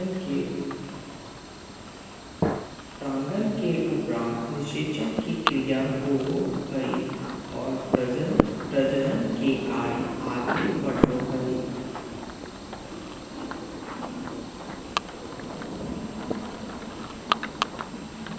परागन के उपरान्त निषेचन के क्रिया होवो हइ और प्रजनन के कार्य आगे बढ़ो हइ